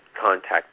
contact